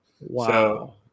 Wow